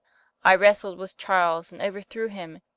i wrestled with charles, and overthrew him,